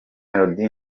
melody